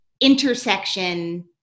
intersection